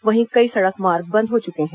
वहीं कई सड़क मार्ग बंद हो चुके हैं